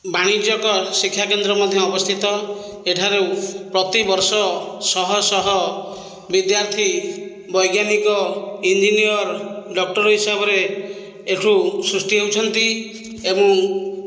ବାଣିଜ୍ୟିକ ଶିକ୍ଷାକେନ୍ଦ୍ର ମଧ୍ୟ ଅବସ୍ଥିତ ଏଠାରେ ପ୍ରତି ବର୍ଷ ଶହ ଶହ ବିଦ୍ୟାର୍ଥୀ ବୈଜ୍ଞାନିକ ଇଞ୍ଜିନିଅର ଡକ୍ଟର ହିସାବରେ ଏଠୁ ସୃଷ୍ଟି ହେଉଛନ୍ତି ଏବଂ